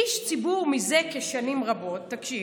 איש ציבור מזה כשנים רבות", תקשיב,